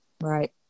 Right